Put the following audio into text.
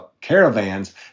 caravans